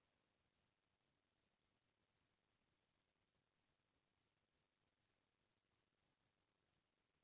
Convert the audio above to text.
एक फसल के बाद दूसर फसल ले के समे म खेत के पैरा, नराई ल जरो देथे